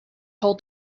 told